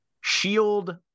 shield